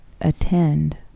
attend